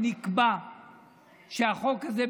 נקבע שהחוק הזה,